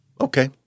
Okay